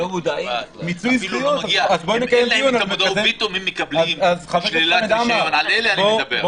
--- פתאום הם מקבלים --- על אלה אני מדבר.